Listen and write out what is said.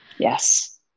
Yes